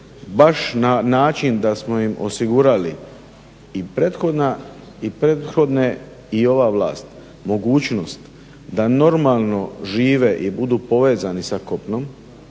baš na način da smo im osigurali i prethodne i ova vlast mogućnost da normalno žive i budu povezani sa kopnom